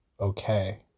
okay